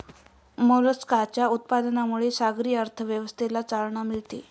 मोलस्काच्या उत्पादनामुळे सागरी अर्थव्यवस्थेला चालना मिळते